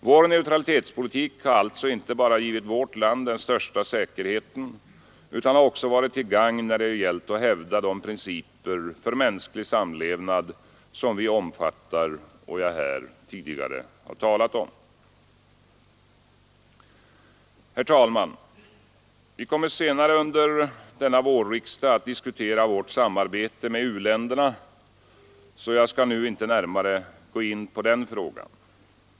Vår neutralitetspolitik har alltså inte bara givit vårt land den största säkerheten utan också varit till gagn när det gällt att hävda de principer för mänsklig samlevnad som vi omfattar och som jag här tidigare har talat om. Herr talman! Vi kommer senare under denna vårriksdag att diskutera vårt samarbete med u-länderna, så jag skall här inte närmare gå in på den frågan.